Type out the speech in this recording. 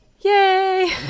Yay